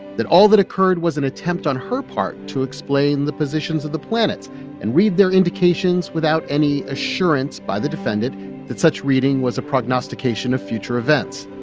that all that occurred was an attempt on her part to explain the positions of the planets and read their indications without any assurance by the defendant that such reading was a prognostication of future events